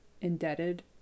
indebted